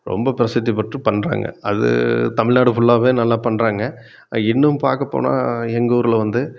ரொம்ப பிரசித்திப் பெற்று பண்ணுறாங்க அது தமிழ்நாடு ஃபுல்லாகவே நல்லா பண்ணுறாங்க இன்னும் பார்க்கப்போனா எங்கள் ஊரில் வந்து